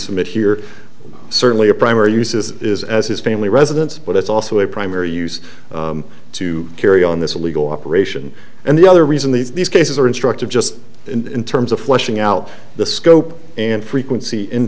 submit here certainly a primary uses is as his family residence but it's also a primary use to carry on this illegal operation and the other reason these cases are instructive just in terms of fleshing out the scope and frequency in